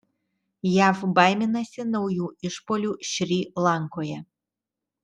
jav baiminasi naujų išpuolių šri lankoje